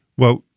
well,